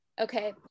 okay